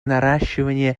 наращивание